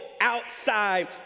outside